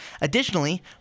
Additionally